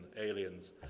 aliens